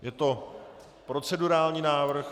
Je to procedurální návrh.